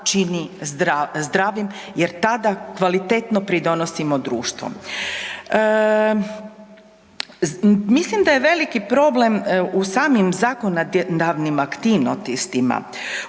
čini zdravim jer tada kvalitetno pridonosimo društvu. Mislim da je veliki problem u samim zakonodavnim aktivnostima.